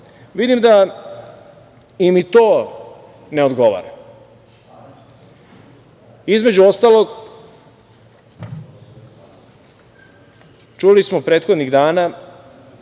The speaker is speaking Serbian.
da im ni to ne odgovara. Između ostalog, čuli smo prethodnih dana